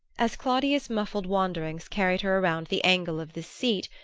as claudia's muffled wanderings carried her around the angle of this seat,